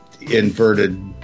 inverted